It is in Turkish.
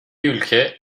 ülke